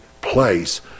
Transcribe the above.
place